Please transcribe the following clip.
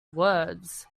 words